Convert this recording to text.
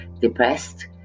depressed